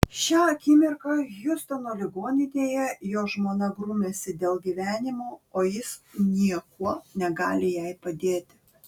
šią akimirką hjustono ligoninėje jo žmona grumiasi dėl gyvenimo o jis niekuo negali jai padėti